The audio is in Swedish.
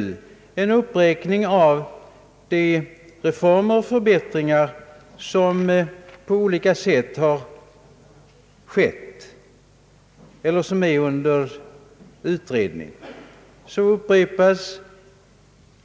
Det finns alltså en uppräkning av reformer och förbättringar som på olika sätt har skett eller är under utredning när det